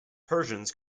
persians